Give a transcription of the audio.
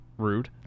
rude